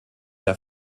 der